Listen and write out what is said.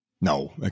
No